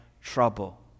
trouble